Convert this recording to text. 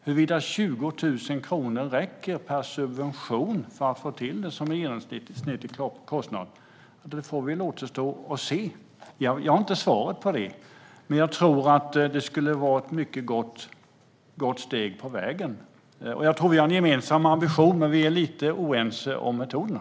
Huruvida 20 000 kronor per subvention räcker som en genomsnittlig kostnad för att få till det återstår att se. Jag har inte svaret på det, men jag tror att det skulle räcka ett gott stycke på vägen. Jag tror att vi har en gemensam ambition men att vi är lite oense om metoderna.